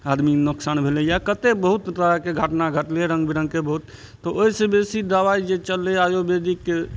आदमी नोकसान भेलइए कते बहुत तरहके घटना घटलइ रङ्ग बिरङ्गके बहुत तऽ ओइसँ बेसी दवाइ जे चललइ आयुर्वेदिकके